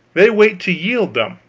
they wait to yield them.